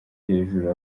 hejuru